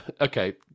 Okay